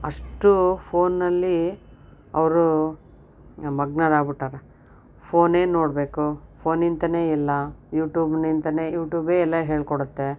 ಅಷ್ಟು ಫೋನಲ್ಲಿ ಅವರು ಮಗ್ನರಾಗಿ ಬಿಟ್ಟಾರ ಫೋನೇ ನೋಡಬೇಕು ಫೋನಿಂದನೇ ಎಲ್ಲ ಯೂಟ್ಯೂಬ್ನಿಂದನೇ ಯೂಟ್ಯೂಬೇ ಎಲ್ಲ ಹೇಳ್ಕೊಡುತ್ತೆ